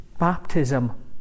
baptism